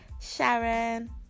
Sharon